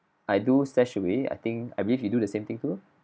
I do StashAway I think I believe you do the same thing too